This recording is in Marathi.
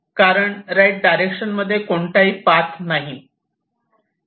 कारण राईट डायरेक्शन मध्ये कोणताही पाथ नाही